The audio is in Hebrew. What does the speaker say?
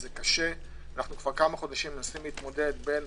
זה קשה, אנחנו כבר כמה חודשים מנסים להתמודד בין